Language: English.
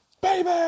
baby